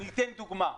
אני אתן דוגמה: